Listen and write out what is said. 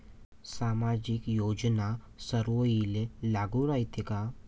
सामाजिक योजना सर्वाईले लागू रायते काय?